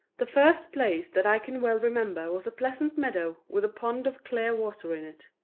the first place that i can well remember was a pleasant meadow with a pond of clear water in it.